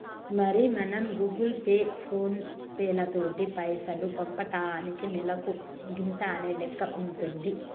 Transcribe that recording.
మరి మనం Google Pay phone పేలతోటి పైసలు పంపటానికి నెలకు గింత అనే లెక్క ఉంటుంది